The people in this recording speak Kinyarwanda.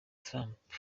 trump